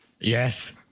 Yes